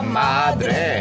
madre